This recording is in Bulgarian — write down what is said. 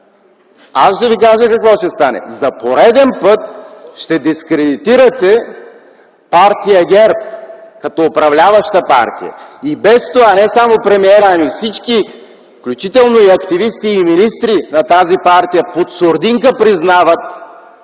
Аз ще Ви кажа какво ще стане. За пореден път ще дискредитирате ГЕРБ като управляваща партия. И без това не само премиерът, включително всички активисти и министри на тази партия, под сурдинка признават,